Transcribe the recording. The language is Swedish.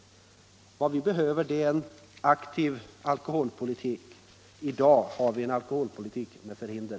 Vad vi behöver är en aktiv alkoholpolitik. I dag har vi en alkoholpolitik med förhinder.